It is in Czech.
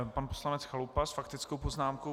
Pan poslanec Chalupa s faktickou poznámkou.